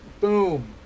Boom